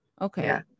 okay